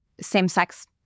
Same-sex